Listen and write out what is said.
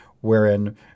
wherein